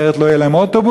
אחרת לא יהיה להם אוטובוס,